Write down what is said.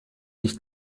nicht